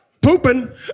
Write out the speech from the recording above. pooping